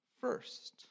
first